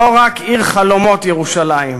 לא רק עיר חלומות ירושלים,